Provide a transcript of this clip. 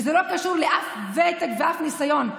וזה לא קשור לאף ותק ולאף ניסיון.